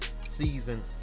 season